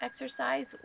exercise